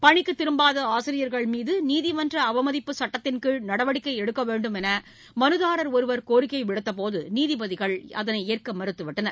பணிக்கு திரும்பாத ஆசிரியர்கள்மீது நீதிமன்ற அவமதிப்பு சட்டத்தின்கீழ் நடவடிக்கை எடுக்க வேண்டும் என்று மனுதாரர் ஒருவர் கோரிக்கை விடுத்தபோது நீதிபதிகள் அதை ஏற்க மறுத்துவிட்டனர்